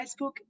Facebook